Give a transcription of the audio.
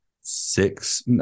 six